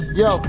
yo